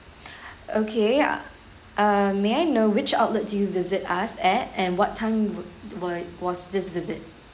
okay uh may I know which outlet do you visit us at and what time were was was this visit